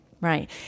Right